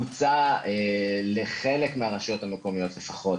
הוצע לחלק מהרשויות המקומיות לפחות